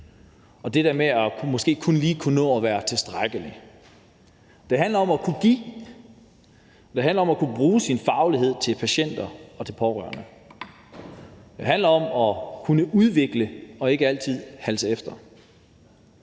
om det der med måske kun lige at kunne nå at være tilstrækkelig. Det handler om at kunne give, og det handler om at kunne bruge sin faglighed på patienter og pårørende. Det handler om at kunne udvikle og ikke altid halse bagefter.